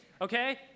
Okay